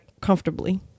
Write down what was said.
Comfortably